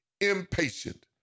impatient